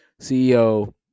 CEO